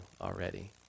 already